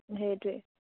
সেইটোৱে